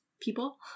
people